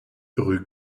rue